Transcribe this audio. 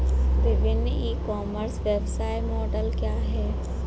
विभिन्न e commerce व्यवसाय model क्या हैं?